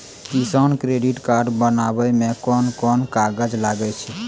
किसान credit card बनाबै मे कोन कोन कागज लागै छै?